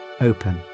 open